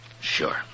Sure